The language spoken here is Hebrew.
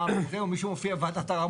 מישהו הופיע מול וועדות ערר,